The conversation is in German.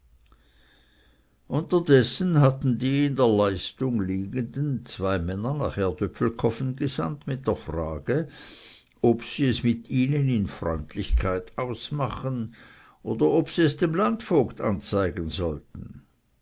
unterdessen hatten die in der leistung liegenden zwei männer nach erdöpfelkofen gesandt mit der frage ob sie es mit ihnen in freundlichkeit ausmachen oder ob sie es dem landvogt anzeigen sollten